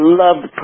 loved